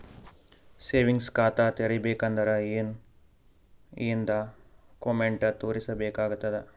Savings ಖಾತಾ ತೇರಿಬೇಕಂದರ ಏನ್ ಏನ್ಡಾ ಕೊಮೆಂಟ ತೋರಿಸ ಬೇಕಾತದ?